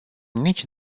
nici